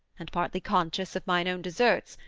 and partly conscious of my own deserts,